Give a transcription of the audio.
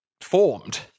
formed